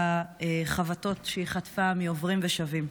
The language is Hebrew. והחבטות שהיא חטפה מעוברים ושבים.